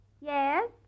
Yes